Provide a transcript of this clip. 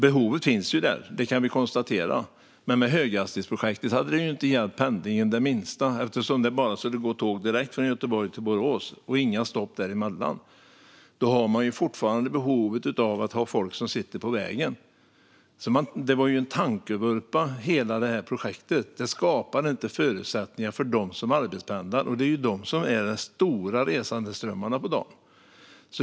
Behovet finns där, det kan vi konstatera, men höghastighetsprojektet hade inte hjälpt pendlingen det minsta eftersom det bara skulle gå tåg direkt mellan Göteborg och Borås utan några stopp däremellan. Då har man ju fortfarande folk som behöver sitta på vägen. Det var en tankevurpa, hela det här projektet. Det skapade inte förutsättningar för dem som arbetspendlar, och det är ju de som utgör de stora resandeströmmarna på dagen.